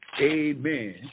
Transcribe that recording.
amen